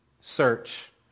search